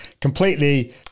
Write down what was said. completely